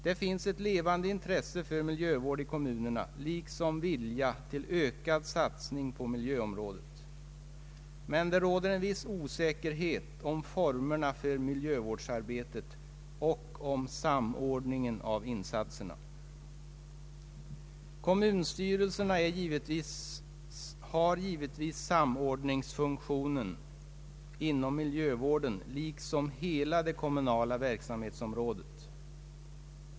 Det finns ett levande intresse för miljövård i kommunerna liksom vilja till ökad satsning på miljöområdet. Men en viss osäkerhet råder om formerna för miljövårdsarbetet och om samordningen av insatserna. Kommunstyrelsen har givetvis samordningsfunktionen inom miljövården liksom inom hela det kommunala verksamhetsområdet.